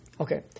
Okay